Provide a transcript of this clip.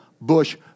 bush